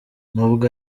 nubwo